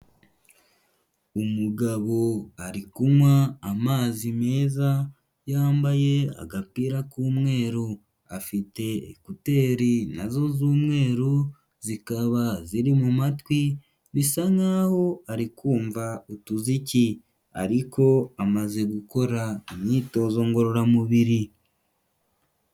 Umugabo ari kunywa amazi meza, yambaye agapira k'umweru, afite ekuteri nazo z'umweru, zikaba ziri mu matwi, bisa nk'aho ari kumva utuziki, ariko amaze gukora imyitozo ngororamubiri.